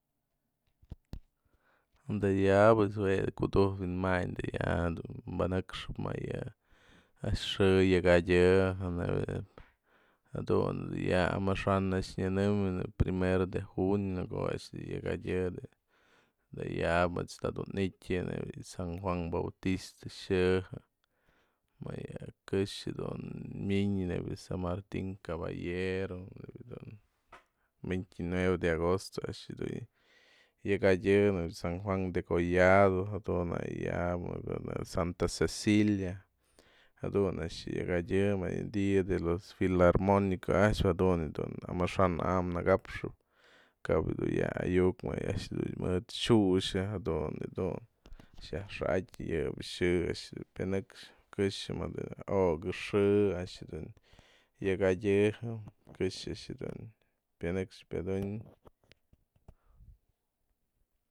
Ada'a yabë jue kudu'ujtë wi'inmayn ada'a ya dun banëkxëp më yë a'ax xë yakjadyë nebia jadun dun ya amaxa'an a'ax nyanëm je primero de junio në ko'o a'ax dun yakjadyë da'a yabë mech dun ya'a nityën nebya san juan bautista xë'jë më yë kë'xë dun mynën san martin caballero, nebya dun 29 de agosto a'ax dun yakjadyë san juan degollado, jadun na'ak dun yabë santa cecilia, jadun a'ax yakjadyë më yë dia de los filarmonicos a'axpë jadun yë'ë dun amaxa'am nëka'apxëp ka'ap du ya'a ayu'uk më yë a'ax dun mëd xyuxën jadun yë dun yajxa'adty yëbë xë a'ax dun pyanëkxpë kë'xë mëdë okë'ë xë a'ax dun yajxa'adty kë'xë jadun pyanëx piadun.